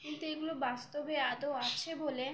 কিন্তু এগুলো বাস্তবে আদৌ আছে বলে